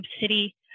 city